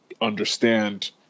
understand